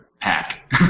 pack